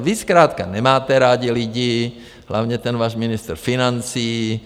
Vy zkrátka nemáte rádi lidi, hlavně ten váš ministr financí.